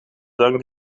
dan